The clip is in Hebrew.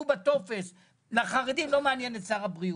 בטופס לחרדים לא מעניין את שר הבריאות.